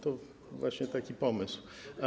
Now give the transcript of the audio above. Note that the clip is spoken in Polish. To właśnie taki pomysł.